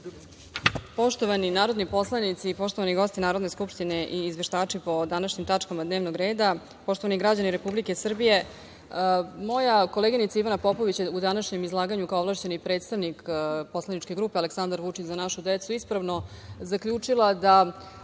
narodni poslanici, poštovani gosti Narodne skupštine i izveštači po današnjim tačkama dnevnog reda, poštovani građani Republike Srbije, moja koleginica Ivana Popović je u današnjem izlaganju kao ovlašćeni predstavnik poslaničke grupe Aleksandar Vučić – Za našu decu ispravno zaključila da